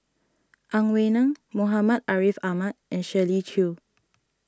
Ang Wei Neng Muhammad Ariff Ahmad and Shirley Chew